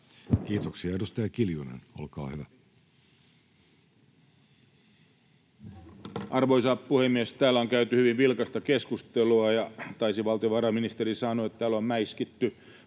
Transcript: vuodelle 2024 Time: 16:26 Content: Arvoisa puhemies! Täällä on käyty hyvin vilkasta keskustelua, ja taisi valtiovarainministeri sanoa, että täällä on mäiskitty.